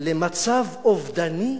למצב אובדני,